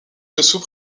dessous